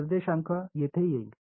निर्देशांक येथे येईल